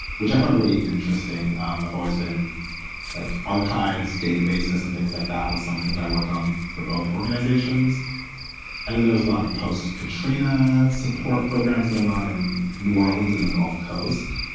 which i found really interesting. thing, um i've always been like archives, databases and things like that was something that i worked on for both organizations and then there was a lot of post-katrina support programs going on in new orleans and the gulf coast.